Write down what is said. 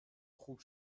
خوب